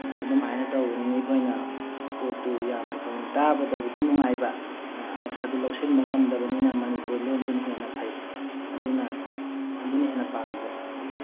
ꯑꯗꯨꯝꯍꯥꯏꯅ ꯇꯧꯕꯅꯤꯅ ꯑꯩꯈꯣꯏꯅ ꯄꯣꯠꯇꯨ ꯌꯥꯝꯅ ꯊꯣꯏꯅ ꯇꯥꯕꯗꯕꯨꯗꯤ ꯅꯨꯡꯉꯥꯏꯕ ꯑꯥꯔꯊꯥꯗꯨ ꯂꯧꯁꯤꯟꯕ ꯉꯝꯗꯕꯅꯤꯅ ꯃꯅꯤꯄꯨꯔ ꯂꯣꯟꯗꯨꯅ ꯍꯦꯟꯅ ꯐꯩ ꯑꯗꯨꯅ ꯑꯗꯨꯅ ꯍꯦꯟꯅ ꯄꯥꯝꯖꯩ